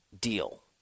deal